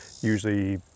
usually